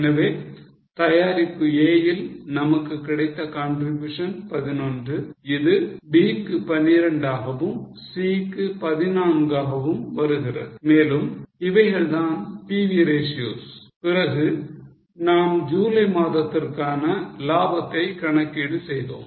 எனவே தயாரிப்பு A ல் நமக்கு கிடைத்த contribution 11 இது B க்கு 12 ஆகவும் C க்கு 14 ஆகவும் வருகிறது மேலும் இவைகள்தான் PV ratios பிறகு நாம் ஜூலை மாதத்திற்கான லாபத்தை கணக்கீடு செய்தோம்